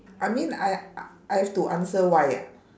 I mean I I have to answer why ah